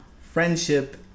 friendship